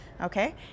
okay